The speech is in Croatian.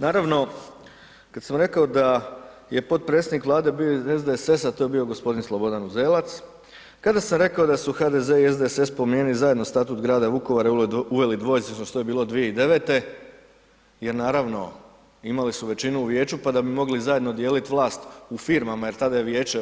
Naravno, kad sam rekao da je potpredsjednik Vlade bio iz SDSS-a, to je bio g. Slobodan Uzelac, kada sam rekao da su HDZ i SDSS promijenili zajedno statut grada Vukovara i uveli dvojezičnost, to je bilo 2009. jer naravno imali su većinu u vijeću, pa da bi mogli zajedno dijeliti vlast u firmama jer tada je vijeće